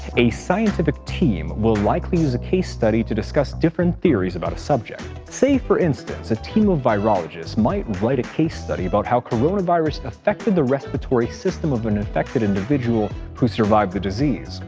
a scientific team will likely use a case study to discuss different theories about a subject. say, for instance, a team of virologists might write a case study about how coronavirus affected the respiratory system of an infected individual who survived the disease,